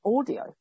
audio